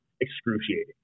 excruciating